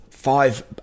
five